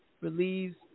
relieves